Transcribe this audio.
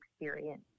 experience